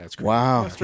Wow